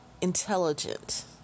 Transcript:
intelligent